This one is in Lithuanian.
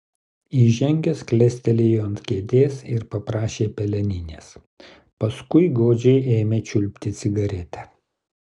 įžengęs klestelėjo ant kėdės ir paprašė peleninės paskui godžiai ėmė čiulpti cigaretę